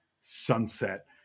Sunset